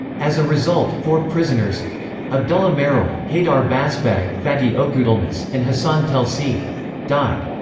as a result, four prisoners abdullah meral, haydar basbag, fatih okutulmus, and hasan telci died.